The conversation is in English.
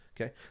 Okay